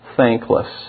thankless